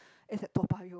is at Toa Payoh